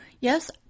Yes